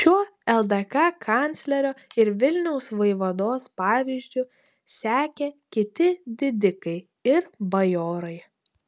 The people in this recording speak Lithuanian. šiuo ldk kanclerio ir vilniaus vaivados pavyzdžiu sekė kiti didikai ir bajorai